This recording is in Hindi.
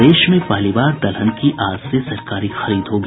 प्रदेश में पहली बार दलहन की आज से सरकारी खरीद होगी